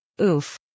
Oof